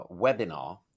webinar